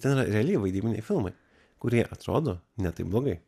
ten yra realiai vaidybiniai filmai kurie atrodo ne taip blogai